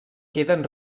queden